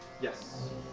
Yes